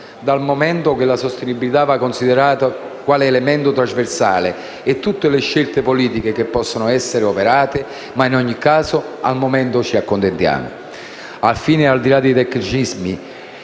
dal momento che la sostenibilità va considerata quale elemento trasversale a tutte le scelte politiche che possano essere operate. Ma in ogni caso, al momento ci accontentiamo. Alla fine, al di là dei tecnicismi,